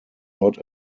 not